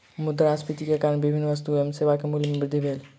मुद्रास्फीति के कारण विभिन्न वस्तु एवं सेवा के मूल्य में वृद्धि भेल